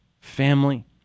family